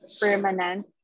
permanent